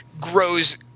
grows